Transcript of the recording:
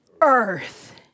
earth